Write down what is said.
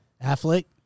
Athlete